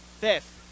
fifth